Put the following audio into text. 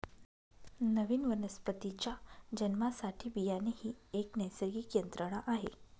नवीन वनस्पतीच्या जन्मासाठी बियाणे ही एक नैसर्गिक यंत्रणा आहे